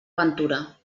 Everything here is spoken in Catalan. ventura